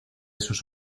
sus